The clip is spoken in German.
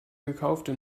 gekaufte